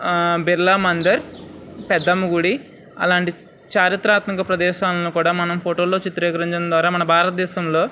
బిర్లా మందిర్ పెద్దమ్మ గుడి అలాంటి చారిత్రాత్మక ప్రదేశాలను కూడా మనం ఫోటోలలో చిత్రీకరించడం ద్వారా మన భారతదేశంలో